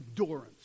endurance